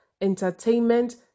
entertainment